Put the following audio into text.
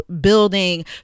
building